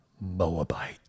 Moabite